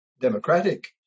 democratic